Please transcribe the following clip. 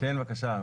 כן בקשה,